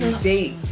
Date